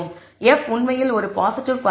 F உண்மையில் ஒரு positive quantity